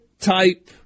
type